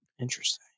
Interesting